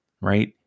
right